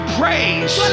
praise